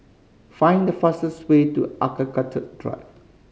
find the fastest way to Architecture Drive